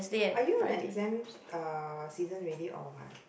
are you on an exam uh season already or what